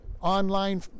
online